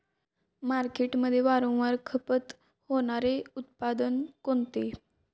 मार्केटमध्ये वारंवार खपत होणारे उत्पादन कोणते?